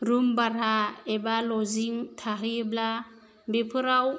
room भारा एबा लजिं थाहैयोब्ला बेफोराव